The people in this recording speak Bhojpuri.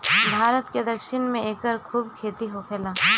भारत के दक्षिण में एकर खूब खेती होखेला